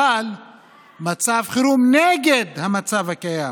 אבל מצב חירום נגד המצב הקיים,